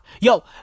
yo